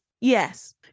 Yes